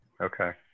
okay